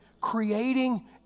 creating